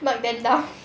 not bend down